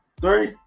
Three